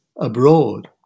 abroad